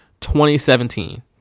2017